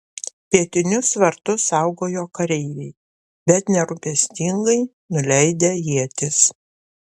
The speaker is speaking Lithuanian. pietinius vartus saugojo kareiviai bet nerūpestingai nuleidę ietis